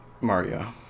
Mario